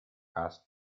asked